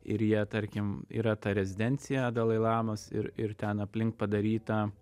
ir jie tarkim yra ta rezidencija dalai lamos ir ir ten aplink padaryta